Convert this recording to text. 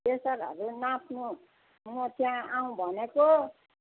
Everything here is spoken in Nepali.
प्रेसरहरू नाप्नु म त्यहाँ आउँ भनेको